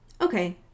Okay